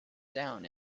down